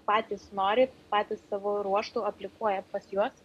patys nori patys savo ruožtu aplikuoja pas juos